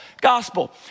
gospel